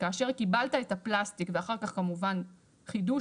כאשר קיבלת את הפלסטיק ואחר כך כמובן חידוש,